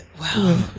Wow